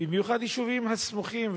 במיוחד ביישובים הסמוכים.